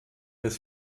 des